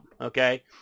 okay